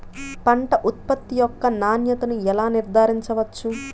పంట ఉత్పత్తి యొక్క నాణ్యతను ఎలా నిర్ధారించవచ్చు?